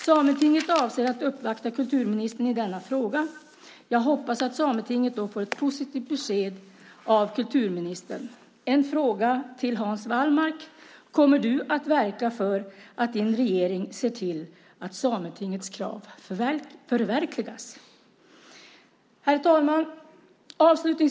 Sametinget avser att uppvakta kulturministern i denna fråga. Jag hoppas att Sametinget då får ett positivt besked av kulturministern. Jag har en fråga till Hans Wallmark. Kommer du att verka för att din regering ser till att Sametingets krav förverkligas? Herr talman!